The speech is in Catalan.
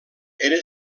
era